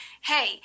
hey